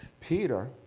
Peter